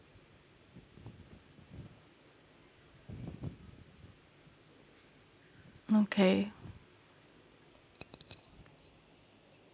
okay